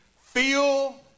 feel